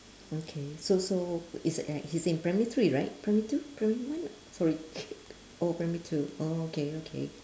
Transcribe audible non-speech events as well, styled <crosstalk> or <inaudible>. okay so so is uh he's in primary three right primary two primary one sorry <laughs> oh primary two oh okay okay